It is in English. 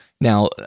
Now